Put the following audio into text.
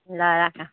ल राख